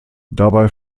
dabei